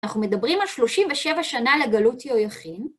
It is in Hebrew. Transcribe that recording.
אנחנו מדברים על 37 שנה לגלות יהויכין.